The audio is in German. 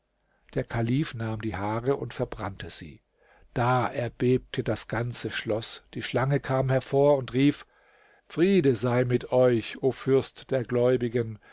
der kalif nahm die haare und verbrannte sie da erbebte das ganze schloß die schlange kam hervor und rief friede sei mit euch o fürst der gläubigen